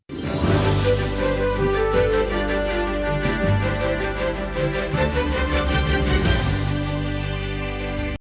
наступного року.